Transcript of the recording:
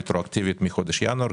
רטרואקטיבית מחודש ינואר,